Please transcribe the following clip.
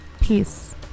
peace